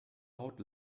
out